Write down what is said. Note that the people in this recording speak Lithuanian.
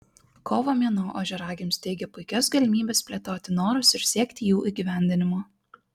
kovo mėnuo ožiaragiams teigia puikias galimybes plėtoti norus ir siekti jų įgyvendinimo